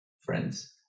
friends